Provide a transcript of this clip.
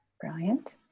Brilliant